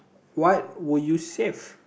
what would you save